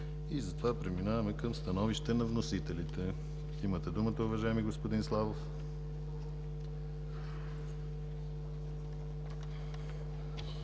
и затова преминаваме към становище на вносителите. Имате думата, уважаеми господин Славов.